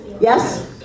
Yes